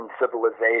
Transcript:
civilization